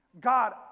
God